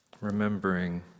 Remembering